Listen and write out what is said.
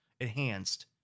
enhanced